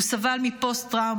הוא סבל מפוסט-טראומה,